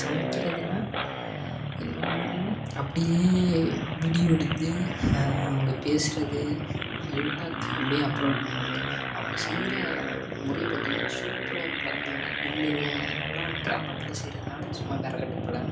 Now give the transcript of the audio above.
சமைக்கிறதெலாம் என்ன பண்ணுவாங்கன்னால் அப்படியே வீடியோ எடுத்து அவங்க பேசுவது எல்லாத்தையும் அப்படியே அப்லோட் பண்ணுவாங்க அவங்க செய்கிற முறை பார்த்தீங்கன்னா சூப்பராக இருக்கும் பார்த்துக்கங்க எப்படி இருக்கும் நல்லா கிராமத்தில் செய்வதுனால சும்மா விறகடுப்புல